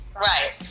Right